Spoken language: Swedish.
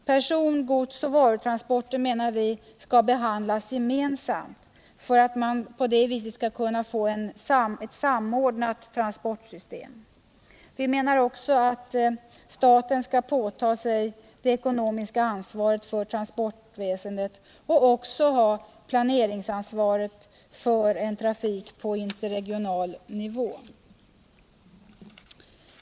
Person-, godsoch varutransporter bör behandlas gemensamt för att man därigenom skall kunna åstdkomma ett samordnat transportsystem. Vi anser också att staten skall påta sig det ekonomiska ansvaret för transportväsendet och dessutom ha planeringsansvaret för trafik på interregional nivå.